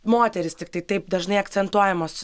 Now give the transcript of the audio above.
moterys tiktai taip dažnai akcentuojamos